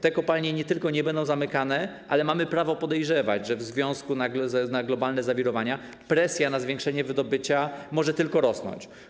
Te kopalnie nie tylko nie będą zamykane, ale mamy prawo podejrzewać, że ze względu na globalne zawirowania presja na zwiększenie wydobycia może tylko rosnąć.